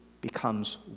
becomes